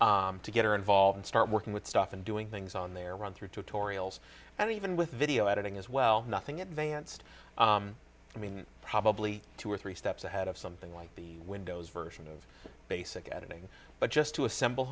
her to get her involved and start working with stuff and doing things on their run through tutorials and even with video editing as well nothing advanced i mean probably two or three steps ahead of something like the windows version of basic editing but just to assemble